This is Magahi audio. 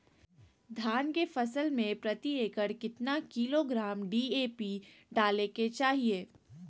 धान के फसल में प्रति एकड़ कितना किलोग्राम डी.ए.पी डाले के चाहिए?